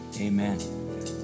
Amen